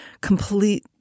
complete